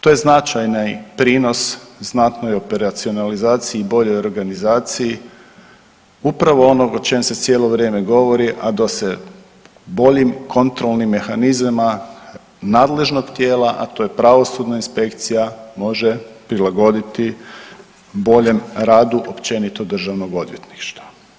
To je značaj prinos znatnoj operacionalizaciji i boljoj organizaciji upravo onog o čem se cijelo vrijeme govori, a da se boljim kontrolnim mehanizmima nadležnog tijela, a to je pravosudna inspekcija može prilagoditi boljem radu općenito državnog odvjetništva.